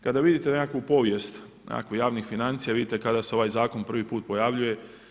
Kada vidite nekakvu povijest, nekakvih javnih financija vidite kada se ovaj Zakon prvi put pojavljuje.